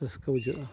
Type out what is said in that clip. ᱨᱟᱹᱥᱠᱟᱹ ᱵᱩᱡᱷᱟᱹᱜᱼᱟ